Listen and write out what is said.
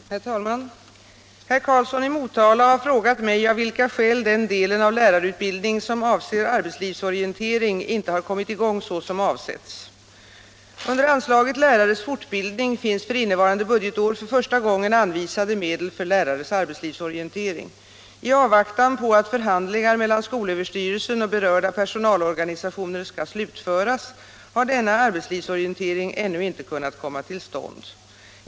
Herr talman! Herr Karlsson i Motala har frågat mig av vilka skäl den delen av lärarutbildning som avser arbetslivsorientering inte har kommit i gång så som avsetts. Under anslaget Lärares fortbildning finns innevarande budgetår för första gången anvisade medel för lärares arbetslivsorientering. I avvaktan på att förhandlingar mellan skolöverstyrelsen och berörda personalorganisationer skall slutföras har denna arbetslivsorientering ännu inte kunnat komma till stånd.